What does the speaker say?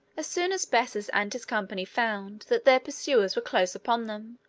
as soon as bessus and his company found that their pursuers were close upon them,